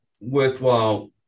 worthwhile